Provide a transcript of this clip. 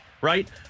Right